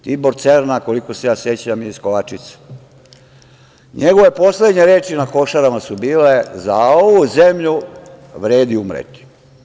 Tibor Cerna, koliko se ja sećam je iz Kovačice, njegove poslednje reči na Košarama su bile – za ovu zemlju vredi umreti.